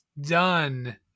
done